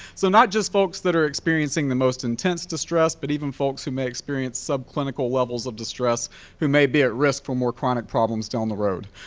so not just folks that are experiencing the most intense distress, but even folks who may experience subclinical levels of distress who may be at risk for more chronic problems down the road.